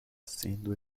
sendo